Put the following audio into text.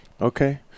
Okay